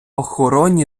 охороні